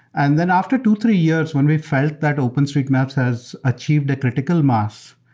and then after two, three years when we felt that openstreetmaps has achieved a critical mass,